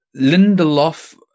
Lindelof